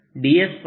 r R